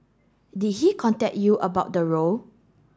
did he contact you about the role